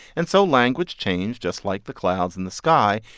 and so language changed just like the clouds in the sky.